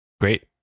Great